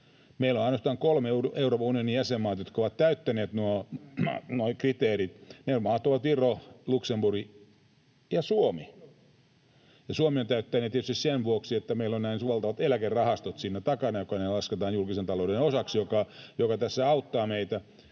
niin on ainoastaan kolme Euroopan unionin jäsenmaata, jotka ovat täyttäneet nuo kriteerit. Ne maat ovat Viro, Luxemburg ja Suomi. Suomihan täyttää ne tietysti sen vuoksi, että meillä on näin valtavat eläkerahastot siinä takana, jotka lasketaan julkisen talouden osaksi, mikä tässä auttaa meitä